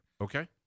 Okay